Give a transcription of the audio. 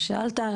שאלת,